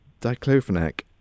diclofenac